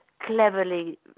cleverly